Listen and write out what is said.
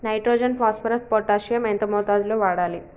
Nitrogen phosphorus potassium ఎంత మోతాదు లో వాడాలి?